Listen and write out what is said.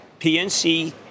PNC